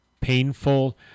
painful